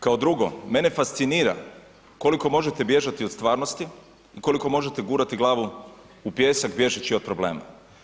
Kao drugo mene fascinira koliko možete bježati od stvarnosti, koliko možete gurati glavu u pijesak bježeći od problema.